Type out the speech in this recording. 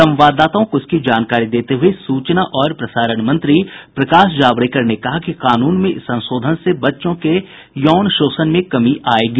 संवाददाताओं को इसकी जानकारी देते हुए सूचना और प्रसारण मंत्री प्रकाश जावड़ेकर ने कहा कि कानून में इस संशोधन से बच्चों के यौन शोषण में कमी आएगी